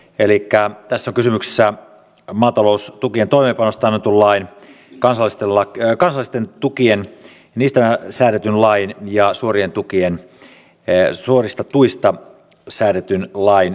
elikkä tässä on kysymyksessä maataloustukien toimeenpanosta annetun lain kansallisista tuista säädetyn lain ja suorista tuista säädetyn lain muutos